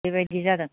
बेबायदि जादों